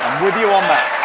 with you on that.